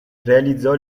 realizzò